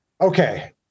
Okay